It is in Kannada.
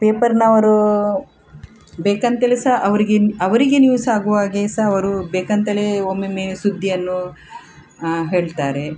ಪೇಪರ್ನವರೂ ಬೇಕಂತೇಳಿ ಸ ಅವ್ರಿಗಿನ ಅವರಿಗೆ ನ್ಯೂಸ್ ಆಗುವಾಗೇ ಸ ಅವರು ಬೇಕಂತೇಲೇ ಒಮ್ಮೆಮ್ಮೆ ಸುದ್ದಿಯನ್ನು ಹೇಳ್ತಾರೆ